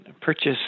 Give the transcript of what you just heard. purchase